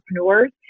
entrepreneurs